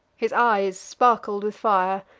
his eyes sparkled with fire,